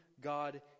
God